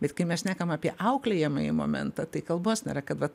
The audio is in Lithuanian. bet kai mes šnekam apie auklėjamąjį momentą tai kalbos nėra kad vat